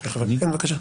כן בבקשה.